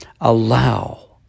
Allow